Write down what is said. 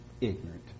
ignorant